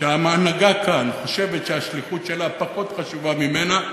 שההנהגה כאן חושבת שהשליחות שלה פחות חשובה ממנה,